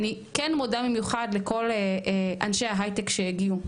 אני כן מודה במיוחד לכל אנשי ההיי-טק שהגיעו,